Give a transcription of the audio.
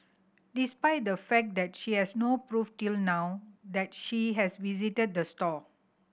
despite the fact that she has no proof till now that she has visited the store